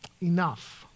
enough